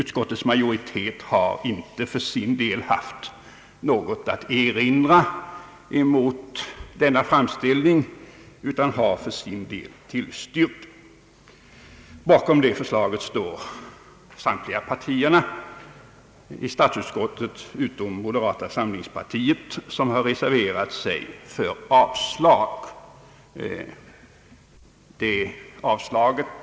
Utskottets majoritet har för sin del inte haft något att erinra mot denna framställning utan tillstyrkt den. Bakom detta förslag står samtliga partier i statsutskottet utom moderata samlingspartiet som reserverat sig och yrkat avslag.